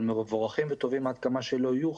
מבורכים וטובים עד כמה שלא יהיו,